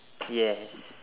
yes